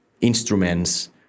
instruments